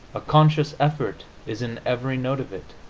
a conscious effort is in every note of it